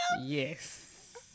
Yes